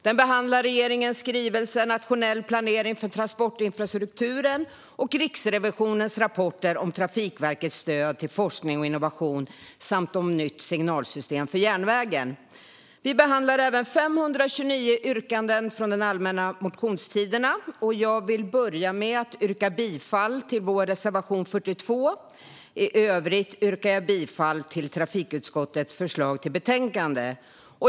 Det behandlar regeringens skrivelse om nationell planering för transportinfrastrukturen och Riksrevisionens rapporter om Trafikverkets stöd till forskning och innovation samt om ett nytt signalsystem för järnvägen. Vi behandlar även 529 yrkanden från den allmänna motionstiden. Jag vill börja med att yrka bifall till vår reservation 42. I övrigt yrkar jag bifall till trafikutskottets förslag.